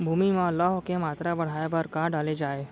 भूमि मा लौह के मात्रा बढ़ाये बर का डाले जाये?